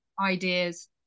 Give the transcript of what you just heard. ideas